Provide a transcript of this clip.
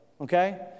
Okay